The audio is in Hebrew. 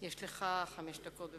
יש לך חמש דקות.